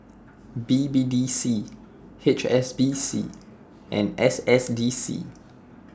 B B D C H S B C and S S D C